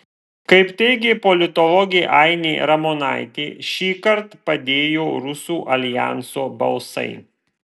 kaip teigia politologė ainė ramonaitė šįkart padėjo rusų aljanso balsai